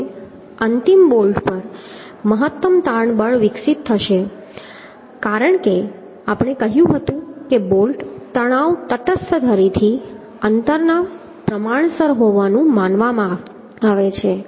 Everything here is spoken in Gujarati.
હવે અંતિમ બોલ્ટ પર મહત્તમ તાણ બળ વિકસિત થશે કારણ કે આપણે કહ્યું હતું કે બોલ્ટ તણાવ તટસ્થ ધરીથી અંતરના પ્રમાણસર હોવાનું માનવામાં આવે છે